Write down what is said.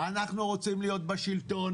אנחנו רוצים להיות בשלטון,